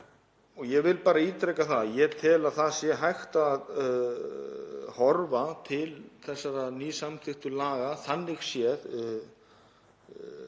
Ég vil bara ítreka það að ég tel að það sé hægt að horfa til þessara nýsamþykktu laga þannig séð